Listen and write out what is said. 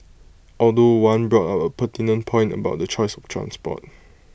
although one brought up A pertinent point about the choice of transport